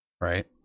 right